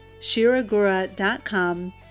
shiragura.com